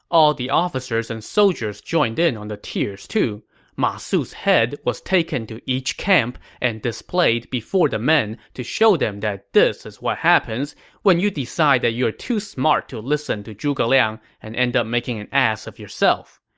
all the officers and soldiers joined in on the tears. ma su's head was taken to each camp and displayed before the men to show them that this is what happens when you decide you're too smart to listen to zhuge liang and end up making an ass of yourself.